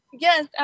Yes